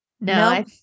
No